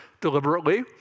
deliberately